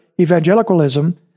evangelicalism